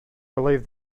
believe